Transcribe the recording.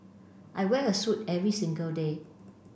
I wear a suit every single day